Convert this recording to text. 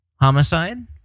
Homicide